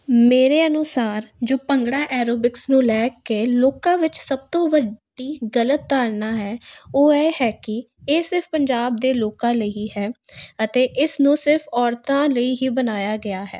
ਮੇਰੇ ਅਨੁਸਾਰ ਜੋ ਭੰਗੜਾ ਐਰੋਬਿਕਸ ਨੂੰ ਲੈ ਕੇ ਲੋਕਾਂ ਵਿੱਚ ਸਭ ਤੋਂ ਵੱਡੀ ਗਲਤ ਧਾਰਨਾ ਹੈ ਉਹ ਇਹ ਹੈ ਕਿ ਇਹ ਸਿਰਫ ਪੰਜਾਬ ਦੇ ਲੋਕਾਂ ਲਈ ਹੀ ਹੈ ਅਤੇ ਇਸ ਨੂੰ ਸਿਰਫ ਔਰਤਾਂ ਲਈ ਹੀ ਬਣਾਇਆ ਗਿਆ ਹੈ